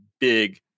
big